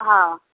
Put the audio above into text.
हा